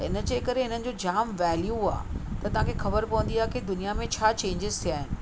इनजे करे इन्हनि जो जामु वेल्यू आहे त तव्हांखे ख़बर पवंदी आहे की दुनिया में छा चैंजिस थिया आहिनि